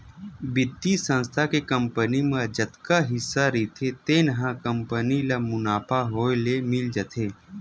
बित्तीय संस्था के कंपनी म जतका हिस्सा रहिथे तेन ह कंपनी ल मुनाफा होए ले मिल जाथे